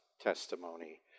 testimony